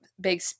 big